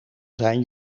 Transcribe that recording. zijn